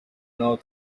naho